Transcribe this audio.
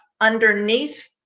underneath